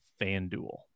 FanDuel